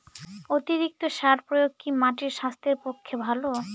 অতিরিক্ত সার প্রয়োগ কি মাটির স্বাস্থ্যের পক্ষে ভালো?